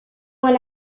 when